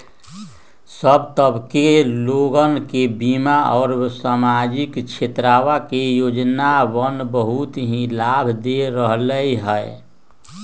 सब तबके के लोगन के बीमा और सामाजिक क्षेत्रवा के योजनावन बहुत ही लाभ दे रहले है